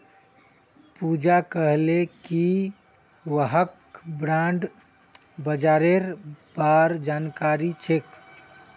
पूजा कहले कि वहाक बॉण्ड बाजारेर बार जानकारी छेक